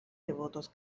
devotos